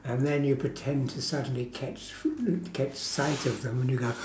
and then you pretend to suddenly catch catch sight of them when you look out